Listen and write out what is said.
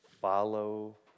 follow